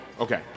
Okay